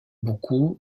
beaucoup